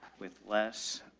with less.